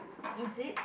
is it